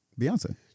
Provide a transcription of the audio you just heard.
Beyonce